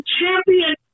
champion